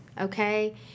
Okay